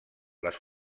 les